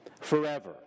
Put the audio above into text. forever